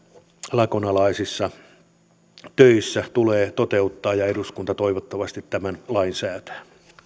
lakonalaisissa töissä tulee toteuttaa ja eduskunta toivottavasti tämän lain säätää